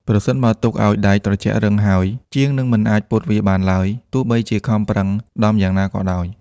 ប្រសិនបើទុកឱ្យដែកត្រជាក់រឹងហើយ ជាងនឹងមិនអាចពត់វាបានឡើយ ទោះបីជាខំប្រឹងដំយ៉ាងណាក៏ដោយ។